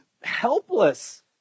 helpless